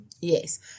Yes